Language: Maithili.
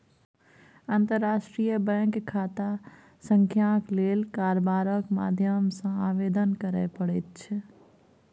अंतर्राष्ट्रीय बैंक खाता संख्याक लेल कारबारक माध्यम सँ आवेदन करय पड़ैत छै